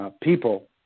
people